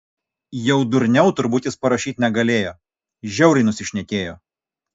jau durniau turbūt jis parašyt negalėjo žiauriai nusišnekėjo